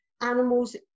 animals